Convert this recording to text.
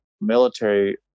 military